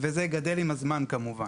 וזה גדל עם הזמן, כמובן.